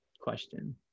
question